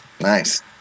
Nice